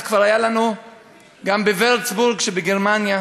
כבר היה לנו גם בווירצבורג שבגרמניה,